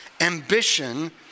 ambition